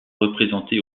représenté